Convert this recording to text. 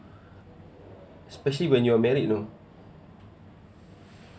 especially when you are married you know